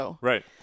Right